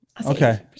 Okay